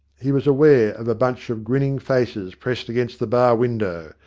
he was aware of a bunch of grinning faces pressed against the bar window,